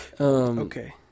okay